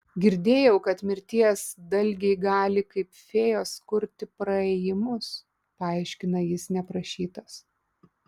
girdėjau kad mirties dalgiai gali kaip fėjos kurti praėjimus paaiškina jis neprašytas